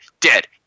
Dead